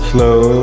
Slow